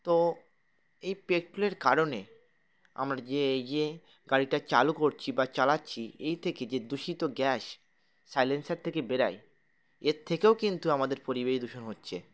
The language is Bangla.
তো এই পেট্রোলের কারণে আমরা যে এই যে গাড়িটা চালু করছি বা চালাচ্ছি এই থেকে যে দূষিত গ্যাস সাইলেন্সার থেকে বেরোয় এর থেকেও কিন্তু আমাদের পরিবেশ দূষণ হচ্ছে